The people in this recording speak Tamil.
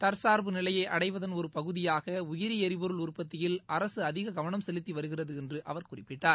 தற்சார்பு நிலையைஅடைவதன் ஒருபகுதியாகஉயிரிஎரிபொருள் உற்பத்தியில் அரசுஅதிககவனம் செலுத்திவருகிறதுஎன்றுஅவர் குறிப்பிட்டார்